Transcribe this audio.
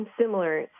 similar